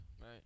Right